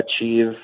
achieve